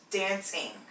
dancing